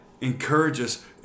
encourages